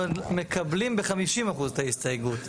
אבל אנחנו מקבלים ב-50% את ההסתייגות.